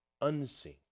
unseen